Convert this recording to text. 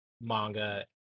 manga